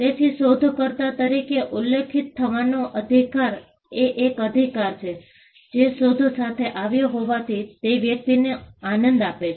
તેથી શોધકર્તા તરીકે ઉલ્લેખિત થવાનો અધિકાર એ એક અધિકાર છે જે શોધ સાથે આવ્યો હોવાથી તે વ્યક્તિને આનંદ આપે છે